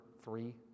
three